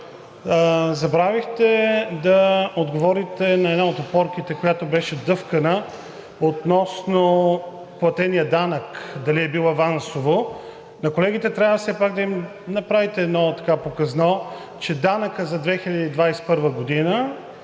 Забравихте да отговорите на една от опорките, която беше дъвкана относно платения данък – дали е бил авансово? На колегите трябва все пак да им направите едно показно, че данъкът за 2021 г.,